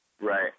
Right